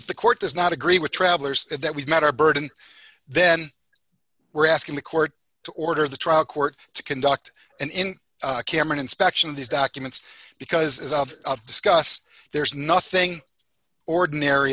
the court does not agree with travelers that we've met our burden then we're asking the court to order the trial court to conduct an in cameron inspection of these documents because as i discussed there's nothing ordinary